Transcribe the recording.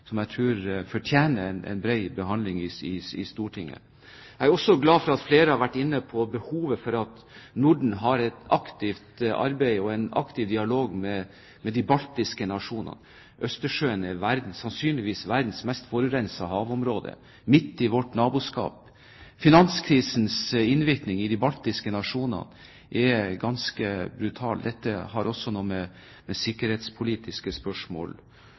som jeg tror fortjener en bred behandling i Stortinget. Jeg er også glad for at flere har vært inne på behovet for at Norden har et aktivt samarbeid og en aktiv dialog med de baltiske nasjonene. Østersjøen er sannsynligvis verdens mest forurensede havområde, midt i vårt naboskap. Finanskrisens innvirkning på de baltiske nasjonene er ganske brutal. Dette har også noe med sikkerhetspolitiske spørsmål